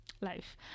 life